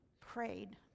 prayed